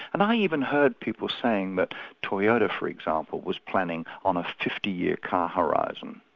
and i even heard people saying that toyota for example, was planning on a fifty year car horizon.